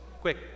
Quick